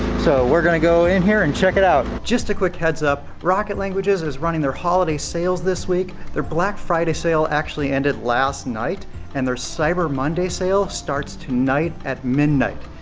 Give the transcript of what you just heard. so we're gonna go in here and check it out. just a quick heads up, rocket languages is running their holiday sales this week. their black friday sale actually ended last night and their cyber monday sale starts tonight at midnight.